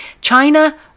China